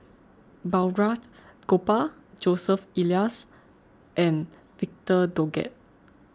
Balraj Gopal Joseph Elias and Victor Doggett